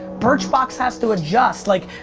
birchbox has to adjust. like,